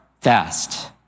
fast